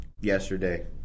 yesterday